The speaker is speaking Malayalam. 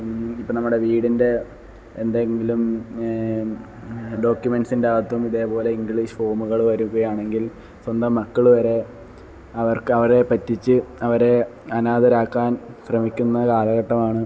ഇപ്പം നമ്മുടെ വീടിൻ്റെ എന്തെങ്കിലും ഡോക്യുമെൻസിൻ്റെ അകത്തും ഇതേപോലെ ഇംഗ്ലീഷ് ഫോമുകൾ വരുകയാണെങ്കിൽ സ്വന്തം മക്കൾ വരെ അവർക്ക് അവരെ പറ്റിച്ച് അവരെ അനാഥരാക്കാൻ ശ്രമിക്കുന്ന കാലഘട്ടമാണ്